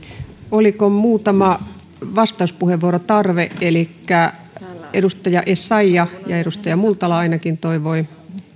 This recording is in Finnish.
oliko muutamaan vastauspuheenvuoroon tarve edustaja essayah ja edustaja multala ainakin toivoivat